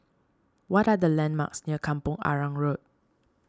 what are the landmarks near Kampong Arang Road